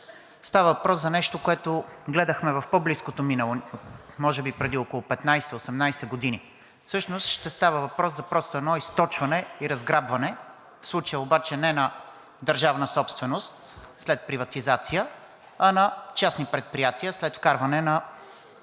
Става въпрос за нещо, което гледахме в по-близкото минало, може би преди около 15 – 18 години. Става въпрос за просто едно източване и разграбване, в случая обаче не на държавна собственост след приватизация, а на частни предприятия, след вкарване на